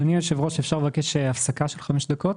אדוני היושב-ראש, אפשר לבקש הפסקה של חמש דקות?